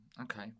Okay